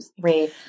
three